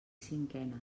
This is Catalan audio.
cinquena